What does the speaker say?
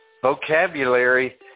vocabulary